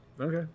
Okay